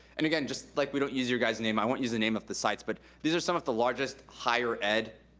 and again, just like we don't use your guys' name, i won't use the name of the sites, but these are some of the largest higher ed